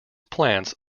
plants